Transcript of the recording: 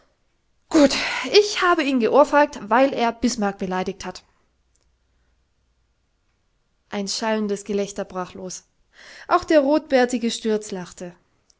gut ich habe ihn geohrfeigt weil er bismarck beleidigt hat ein schallendes gelächter brach los auch der rotbärtige stürz lachte